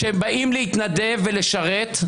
-- שבאים להתנדב ולשרת,